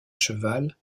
cheval